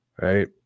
right